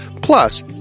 Plus